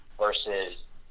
versus